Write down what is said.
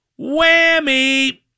Whammy